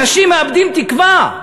אנשים מאבדים תקווה.